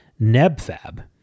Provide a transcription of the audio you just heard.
Nebfab